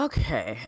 Okay